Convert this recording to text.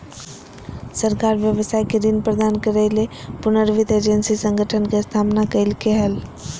सरकार व्यवसाय के ऋण प्रदान करय ले पुनर्वित्त एजेंसी संगठन के स्थापना कइलके हल